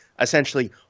essentially